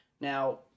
Now